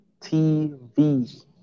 TV